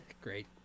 great